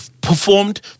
Performed